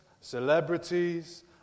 celebrities